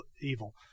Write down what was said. evil